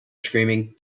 screaming